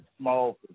small